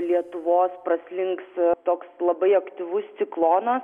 lietuvos praslinks toks labai aktyvus ciklonas